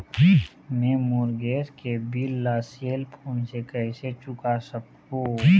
मैं मोर गैस के बिल ला सेल फोन से कइसे चुका सकबो?